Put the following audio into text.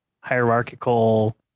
hierarchical